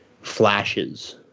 flashes